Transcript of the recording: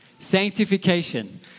Sanctification